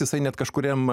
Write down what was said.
jisai net kažkuriam